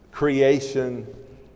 Creation